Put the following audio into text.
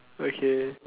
okay